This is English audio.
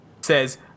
says